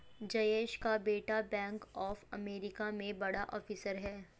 जयेश का बेटा bank of America में बड़ा ऑफिसर है